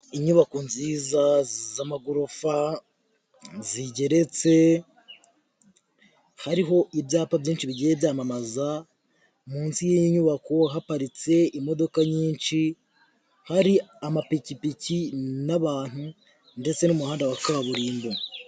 Inyubako nziza z'amagorofa zigeretse, hariho ibyapa byinshi bigiye byamamaza, munsi y'inyubako haparitse imodoka nyinshi, hari amapikipiki n'abantu ndetse n'umuhanda wa kaburimbo.